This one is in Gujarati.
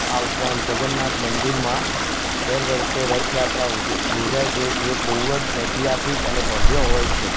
આ ઉપરાંત જગન્નાથ મંદિરમાં દર વર્ષે રથ યાત્રા ઓજ યોજાય છે કે જે બહુ જ ઐતિહાસિક અને ભવ્ય હોય છે